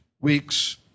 weeks